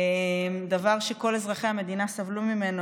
דבר שכל אזרחי המדינה סבלו ממנו,